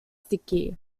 sticky